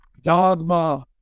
Dogma